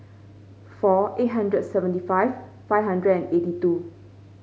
four eight hundred seventy five five hundred eighty two